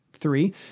Three